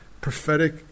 prophetic